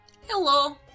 Hello